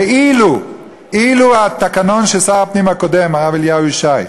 ואילו התקנות של שר הפנים הקודם, הרב אליהו ישי,